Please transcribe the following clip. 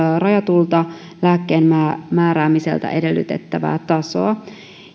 rajatulta lääkkeenmääräämiseltä edellytettävää tasoa